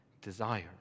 desire